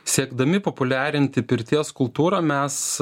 siekdami populiarinti pirties kultūrą mes